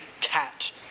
Cat